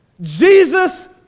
Jesus